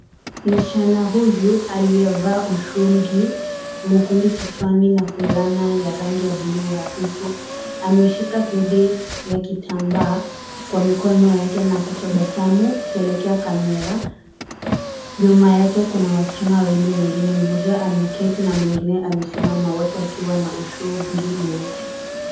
Msichana huyu amevaa ushungi mwekundu kichwani na fulana ya rangi ya bluu hafifu, ameshika pedi ya kitambaa kwa mikono yake na kutabasamu kuelekea kamera. Nyuma yake kuna wasichana wawili wengine, mmoja ameketi na mwingine amesimama. Watu wakiwa na ushungi mweusi.